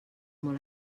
molt